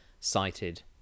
cited